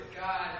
God